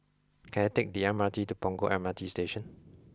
can I take the M R T to Punggol M R T Station